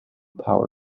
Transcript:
power